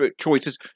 choices